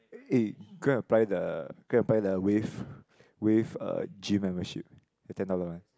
eh go apply the go apply the wave wave uh gym membership the ten dollar one